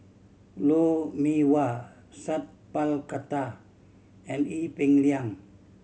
Lou Mee Wah Sat Pal Khattar and Ee Peng Liang